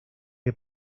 que